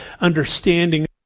understanding